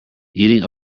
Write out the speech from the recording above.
eating